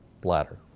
bladder